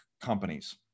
companies